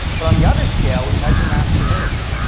but on the other scale, we measure masculinity.